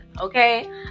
okay